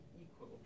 equal